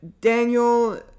Daniel